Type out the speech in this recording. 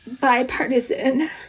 bipartisan